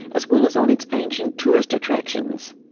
as well as on its ancient tourist attractions.